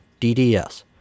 DDS